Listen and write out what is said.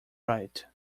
right